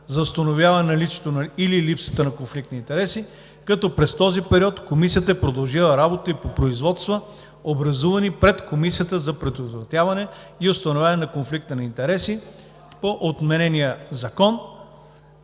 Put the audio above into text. за установяване наличието или липсата на конфликт на интереси, като през този период Комисията е продължила работата и по производства, образувани пред Комисията за предотвратяване и установяване на конфликт на интереси по отменения Закон